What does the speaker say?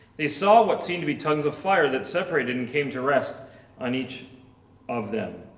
they saw what seemed to be tongues of fire that separated and came to rest on each of them.